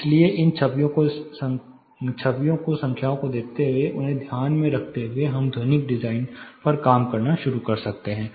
इसलिए इन छवियों को संख्याओं को देखते हुए उन्हें ध्यान में रखते हुए हम ध्वनिक डिजाइन पर काम करना शुरू कर सकते हैं